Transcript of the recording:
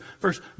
first